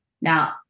Now